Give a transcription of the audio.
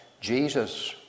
Jesus